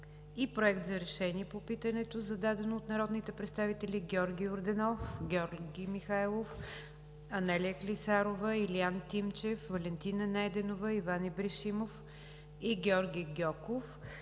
и Проект за решение по питането, зададено от народните представители Георги Йорданов, Георги Михайлов, Анелия Клисарова, Илиан Тимчев, Валентина Найденова, Иван Ибришимов и Георги Гьоков